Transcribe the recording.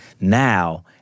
Now